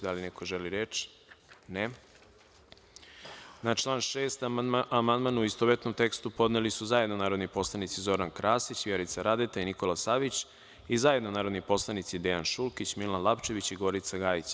Da li neko želi reč? (Ne.) Na član 6. amandman, u istovetnom tekstu, podneli su zajedno narodni poslanici Zoran Krasić, Vjerica Radeta i Nikola Savić i zajedno narodni poslanici Dejan Šulkić, Milan Lapčević i Gorica Gajić.